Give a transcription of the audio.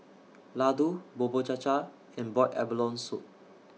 Laddu Bubur Cha Cha and boiled abalone Soup